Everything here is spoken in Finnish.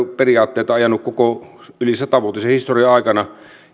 periaatteita ajanut koko yli satavuotisen historian aikana